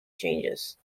changes